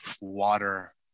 water